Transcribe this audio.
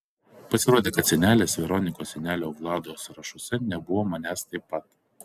pasirodė kad senelės veronikos senelio vlado sąrašuose nebuvo manęs taip pat